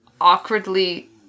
awkwardly